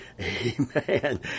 Amen